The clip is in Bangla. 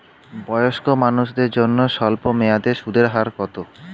বয়স্ক মানুষদের জন্য স্বল্প মেয়াদে সুদের হার কত?